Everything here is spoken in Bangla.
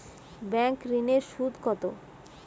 ব্যাঙ্ক ঋন এর সুদ কত?